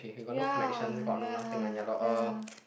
ya ya ya